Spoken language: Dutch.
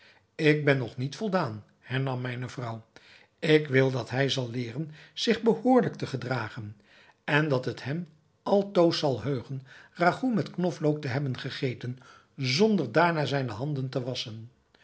ik ben nog niet voldaan hernam mijne vrouw ik wil dat hij zal leeren zich behoorlijk te gedragen en dat het hem altoos zal heugen ragout met knoflook te hebben gegeten zonder daarna zijne handen te wasschen